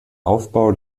aufbau